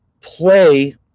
play